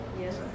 yes